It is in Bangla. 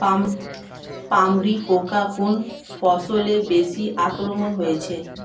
পামরি পোকা কোন ফসলে বেশি আক্রমণ হয়েছে?